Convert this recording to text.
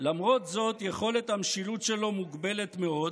יכולת המשילות שלו מוגבלת מאוד,